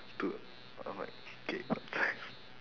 dude I'm like game obsessed